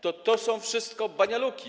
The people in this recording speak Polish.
To są wszystko banialuki.